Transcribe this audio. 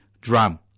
drum